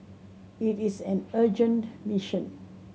it is an urgent mission